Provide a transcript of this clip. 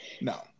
No